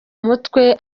mutwe